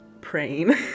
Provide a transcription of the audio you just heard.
praying